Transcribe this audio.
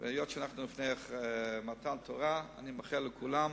היות שאנחנו לפני מתן תורה, אני מאחל שכולם